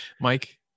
Mike